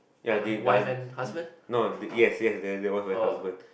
ya they uh no yes yes that that was my husband